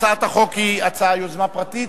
הצעת החוק היא יוזמה פרטית?